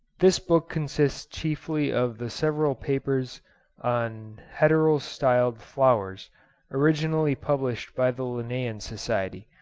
this book consists chiefly of the several papers on heterostyled flowers originally published by the linnean society,